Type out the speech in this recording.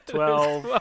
Twelve